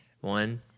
One